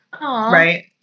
right